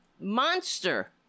monster